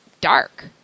dark